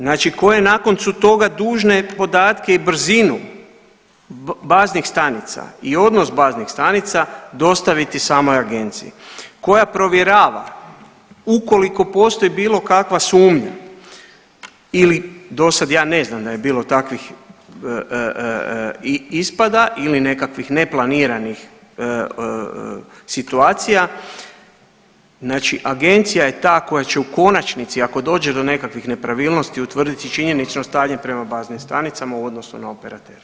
Znači koje nakon su toga dužne podatke i brzinu baznih stanica i odnos baznih stanica dostaviti samoj agenciji koja provjerava ukoliko postoji bilo kakva sumnja ili dosada ja ne znam da je bilo takvih ispada ili nekakvih neplaniranih situacija, znači agencija je ta koja će u konačnici ako dođe do nekakvih nepravilnosti utvrditi činjenično stanje prema baznim stanicama u odnosu na operatera.